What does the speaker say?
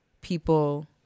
people